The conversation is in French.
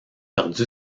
perdu